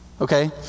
Okay